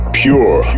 pure